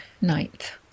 ninth